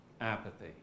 apathy